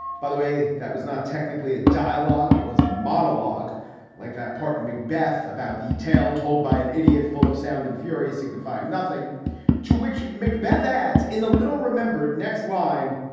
by the way. that was not technically a dialogue. it was a monologue like that part. and macbeth about the tale told by an idiot full of sound and fury, signifying nothing to which mcbeath adds in the little remembered next line,